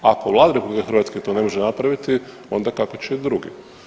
Ako Vlada RH to ne može napraviti onda kako će drugi?